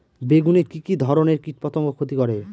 বেগুনে কি কী ধরনের কীটপতঙ্গ ক্ষতি করে?